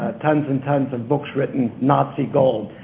ah tons and tons of books written, nazi gold.